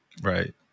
Right